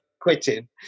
quitting